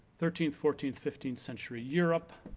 thirteenth, fourteenth, fifteenth century europe,